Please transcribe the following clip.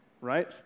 right